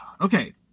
Okay